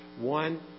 One